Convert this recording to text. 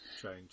change